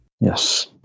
Yes